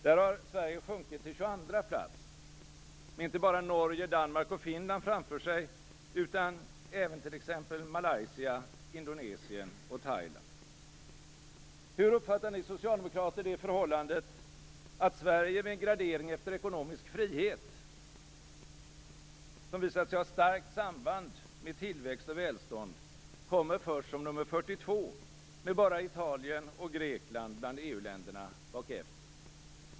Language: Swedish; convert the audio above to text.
Där har Sverige sjunkit till tjugoandra plats med inte bara Norge, Danmark och Finland framför sig utan även Malaysia, Indonesien och Thailand. Hur uppfattar ni socialdemokrater det förhållandet att Sverige vid en gradering efter ekonomisk frihet, som visat sig ha starkt samband med tillväxt och välstånd, kommer först som nr 42 med bara Italien och Grekland bland EU-länderna efter sig?